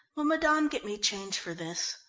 will madame get me change for this?